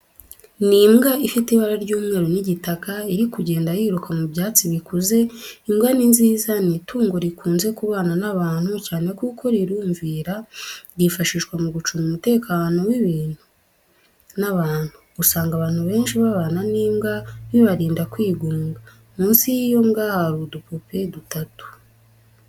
Ni imbwa ifite ibara ry'umweru n'igitaka, iri kugenda yiruka mu byatsi bikuze. Imbwa ni nziza ni itungo rikunze kubana n'abantu cyane kuko rirumvira, ryifashishwa mu gucunga umutekano w'ibintu n'abantu, usanga abantu benshi babana n'imbwa, bibarinda kwigunga. Munsi y'iyo mbwa hari udupupe dutatu.